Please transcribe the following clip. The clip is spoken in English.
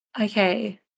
Okay